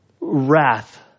wrath